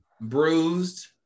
Bruised